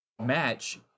match